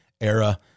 era